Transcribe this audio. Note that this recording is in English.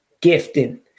gifting